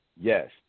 yes